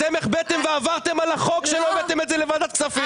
אתם החבאתם ועברתם על החוק שלא הבאתם את זה לוועדת הכספים.